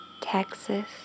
Texas